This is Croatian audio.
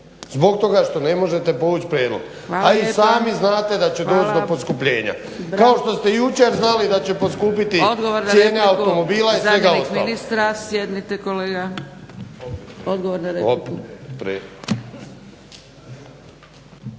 zbog toga što ne možete povući prijedlog. … /Upadica: Hvala lijepa./ … a i sami znate da će doći do poskupljenja kao što ste jučer znali da će poskupiti cijene automobila i svega ostalog.